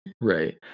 Right